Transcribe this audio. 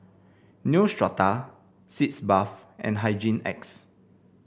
Neostrata Sitz Bath and Hygin X